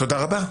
תודה רבה.